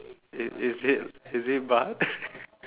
is is is it is it but